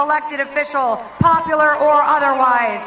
elected official popular or otherwise